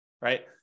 Right